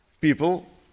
people